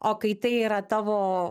o kai tai yra tavo